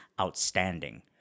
outstanding